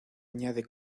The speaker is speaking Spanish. añade